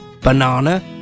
banana